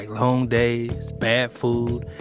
long days, bad food,